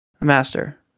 Master